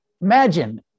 Imagine